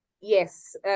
Yes